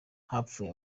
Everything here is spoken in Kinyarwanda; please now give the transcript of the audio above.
hapfuye